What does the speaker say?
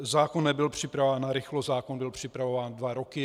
Zákon nebyl připraven narychlo, zákon byl připravován dva roky.